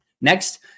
Next